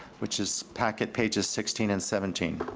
which is packet pages sixteen and seventeen.